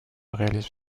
réalisme